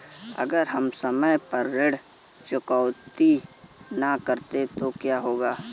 अगर हम समय पर ऋण चुकौती न करें तो क्या होगा?